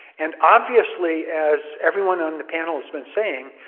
and obviously, as everyone on the panel has been saying,